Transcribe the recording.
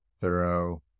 thorough